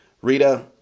Rita